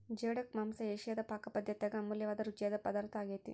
geoduck ಮಾಂಸ ಏಷಿಯಾದ ಪಾಕಪದ್ದತ್ಯಾಗ ಅಮೂಲ್ಯವಾದ ರುಚಿಯಾದ ಪದಾರ್ಥ ಆಗ್ಯೆತೆ